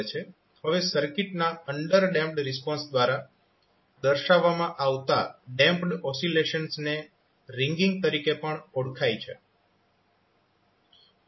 હવે સર્કિટના underdamped response દ્વારા દર્શાવવામાં આવતા ડેમ્પ્ડ ઓસિલેશન ને રિંગિંગ તરીકે પણ ઓળખાય છે